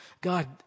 God